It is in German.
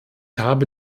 habe